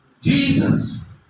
Jesus